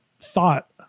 thought